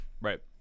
right